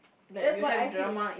that's what I feel